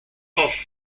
off